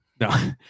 No